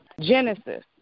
Genesis